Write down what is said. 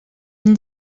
une